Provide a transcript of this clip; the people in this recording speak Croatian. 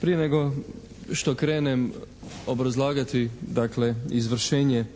Prije nego što krenem obrazlagati dakle izvršenje